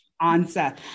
answer